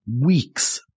weeks